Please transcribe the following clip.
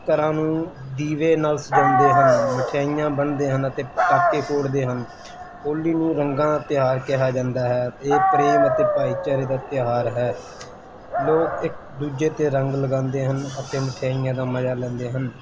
ਘਰਾਂ ਨੂੰ ਦੀਵੇ ਨਾਲ ਸਜਾਉਂਦੇ ਹਨ ਮਠਿਆਈਆਂ ਵੰਡਦੇ ਹਨ ਅਤੇ ਪਟਾਕੇ ਫੋੜਦੇ ਹਨ ਹੋਲੀ ਨੂੰ ਰੰਗਾਂ ਦਾ ਤਿਉਹਾਰ ਕਿਹਾ ਜਾਂਦਾ ਹੈ ਇਹ ਪ੍ਰੇਮ ਅਤੇ ਭਾਈਚਾਰੇ ਦਾ ਤਿਉਹਾਰ ਹੈ ਲੋਕ ਇੱਕ ਦੂਜੇ 'ਤੇ ਰੰਗ ਲਗਾਉਂਦੇ ਹਨ ਅਤੇ ਮਠਿਆਈਆਂ ਦਾ ਮਜ਼ਾ ਲੈਂਦੇ ਹਨ